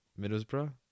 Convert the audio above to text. Middlesbrough